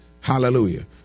Hallelujah